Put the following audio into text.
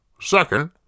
Second